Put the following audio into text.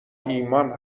ایمان